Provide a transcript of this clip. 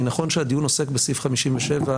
נכון שהדיון עוסק בסעיף 57,